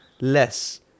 less